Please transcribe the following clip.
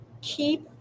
keep